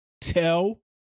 tell